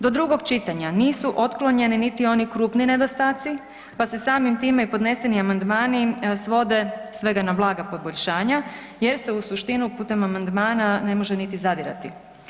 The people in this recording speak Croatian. Do drugog čitanja nisu otklonjeni niti oni krupni nedostaci pa se samim time i podneseni amandmani svode svega na blaga poboljšanja jer se u suštinu putem amandmana ne može niti zadirati.